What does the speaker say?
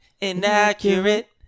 inaccurate